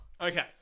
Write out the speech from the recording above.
Okay